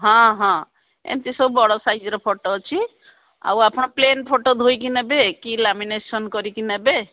ହଁ ହଁ ଏମିତି ସବୁ ବଡ଼ ସାଇଜ୍ର ଫଟୋ ଅଛି ଆଉ ଆପଣ ପ୍ଲେନ୍ ଫଟୋ ଧୋଇକି ନେବେ କି ଲାମିନେସନ୍ କରିକି ନେବେ